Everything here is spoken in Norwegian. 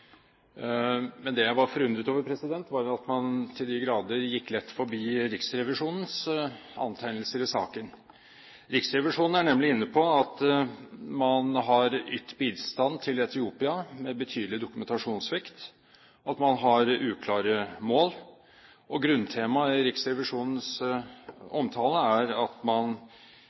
Men det jeg var forundret over, var at man til de grader gikk lett forbi Riksrevisjonens antegnelser i saken. Riksrevisjonen er nemlig inne på at man har ytt bistand til Etiopia med betydelig dokumentasjonssvikt, at man har uklare mål, og grunntemaet i Riksrevisjonens omtale er at man